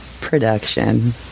production